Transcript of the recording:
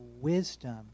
wisdom